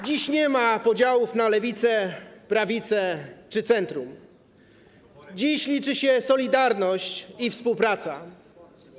Dziś nie ma podziałów na lewicę, prawicę czy centrum, dziś liczy się solidarność i współpraca.